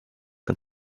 and